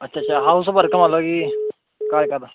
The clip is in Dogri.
अच्छा अच्छा हाउस वर्क मतलब कि घर घर